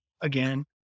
again